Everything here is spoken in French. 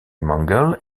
mangles